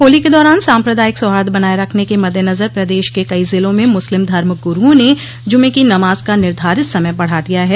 होली के दौरान साम्प्रदायिक सौहार्द बनाये रखने के मद्देनज़र पदेश के कई जिलों में मुस्लिम धर्म गुरूओं ने जूमे की नमाज का निर्धारित समय बढ़ा दिया है